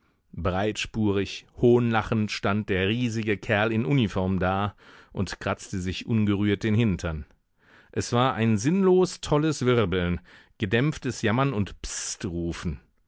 breitspurig hohnlachend stand der riesige kerl in uniform da und kratzte sich ungerührt den hintern es war ein sinnlos tolles wirbeln gedämpftes jammern und